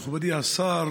מכובדי השר,